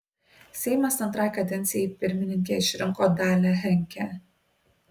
seimas antrai kadencijai pirmininke išrinko dalią henke